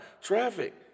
traffic